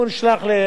אם הוא נשלח לעבודה,